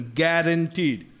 guaranteed